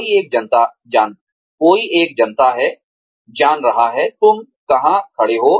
कोई एक जनता है जान रहा है तुम कहां खड़े हो